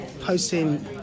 posting